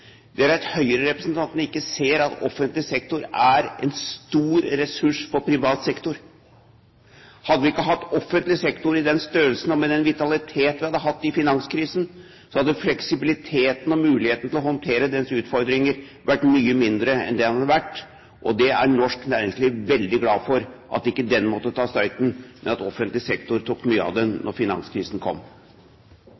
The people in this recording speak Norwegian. over, er at Høyre-representantene ikke ser at offentlig sektor er en stor ressurs for privat sektor. Hadde vi ikke hatt offentlig sektor i den størrelsen og med den vitalitet vi hadde under finanskrisen, hadde fleksibiliteten og muligheten til å håndtere dens utfordringer vært mye mindre enn det den har vært. Norsk næringsliv er veldig glad for at ikke de måtte ta støyten, men at offentlig sektor tok mye av den